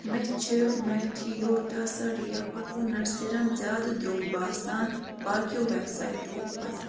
مےٚ چھُ میٹھیو ٹاساریہ کوکونٹ سِرم زیادٕ درٛوگ باسان باقیو ویب سایٹو کھۄتہٕ